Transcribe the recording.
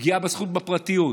פגיעה בזכות לפרטיות,